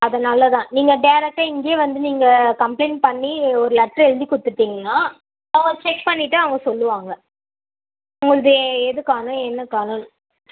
அதனால் தான் நீங்கள் டெரெக்டாக இங்கேயே வந்து நீங்கள் கம்ப்ளைண்ட் பண்ணி ஒரு லெட்டர் எழுதி கொடுத்துட்டீங்கன்னா அவங்க செக் பண்ணிட்டு அவங்க சொல்லுவாங்க உங்கள்து எது காணும் என்ன காணுனு